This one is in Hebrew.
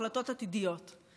החלטות עתידיות.